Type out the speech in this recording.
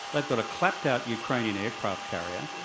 they've got a crapped out ukrainian aircraft carrier,